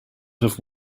have